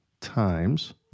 times